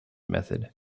method